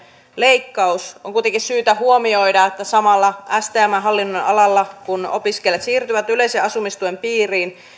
leikkaus on kuitenkin syytä huomioida että samalla stmn hallinnonalalla kun opiskelijat siirtyvät yleisen asumistuen piiriin